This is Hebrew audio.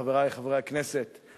חברי חברי הכנסת,